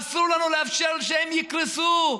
אסור לנו לאפשר שהם יקרסו.